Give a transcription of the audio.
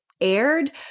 aired